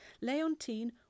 Leontine